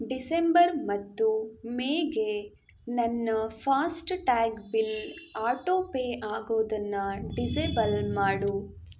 December ಮತ್ತು ಮೇಗೆ ನನ್ನ ಫಾಸ್ಟ್ ಟ್ಯಾಗ್ ಬಿಲ್ ಆಟೋಪೇ ಆಗೋದನ್ನು ಡಿಸೇಬಲ್ ಮಾಡು